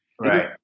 Right